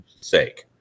sake